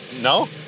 No